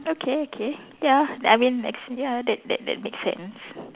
okay okay ya I mean s~ ya that that that make sense